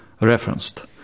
referenced